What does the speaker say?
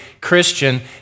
Christian